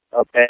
okay